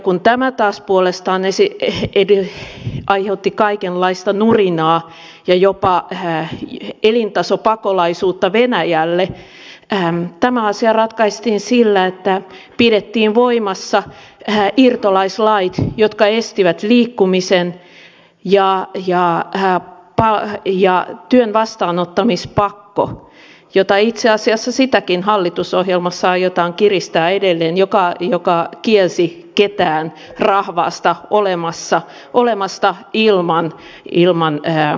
kun tämä puolestaan aiheutti kaikenlaista nurinaa ja jopa elintasopakolaisuutta venäjälle tämä asia ratkaistiin sillä että pidettiin voimassa irtolaislait jotka estivät liikkumisen ja työn vastaanottamispakko jota sitäkin itse asiassa hallitusohjelmassa aiotaan kiristää edelleen joka kielsi ketään rahvasta olemasta ilman palkollissuhdetta